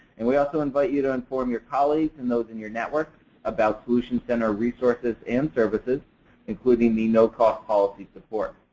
and we also invite you to inform your colleagues and those in your network about solutions center resources and services including the no cost policy support.